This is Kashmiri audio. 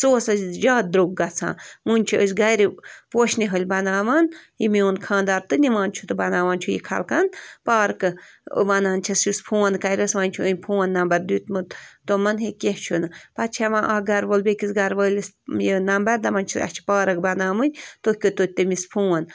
سُہ واس اَسہِ جادٕ درٛۅگ گَژھان وُنۍ چھِ أسۍ گَرِ پوشہِ نِہٲلۍ بَناوان یہِ میٛون خانٛدار تہٕ نِوان چھُ تہٕ بَناوان چھُ یہِ خلقن پارکہٕ وَنان چھِس یُس فون کَرٮ۪س وۅنۍ چھُ أمۍ فون نمبر دیمُت تِمن ہیے کیٚنٛہہ چھُنہٕ پتہٕ چھِ ہٮ۪وان اَکھ گَرٕ وول بیٚیِس گَرٕ وٲلِس یہِ نمبر دَپان چھِس اَسہِ چھِ پارک بَناوٕنۍ تُہۍ کٔرتو تٔمِس فون